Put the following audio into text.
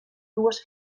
dues